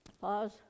Pause